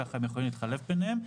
הם יכולים להתחלף ביניהם ועדיין,